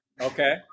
Okay